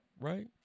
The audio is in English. Right